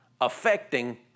affecting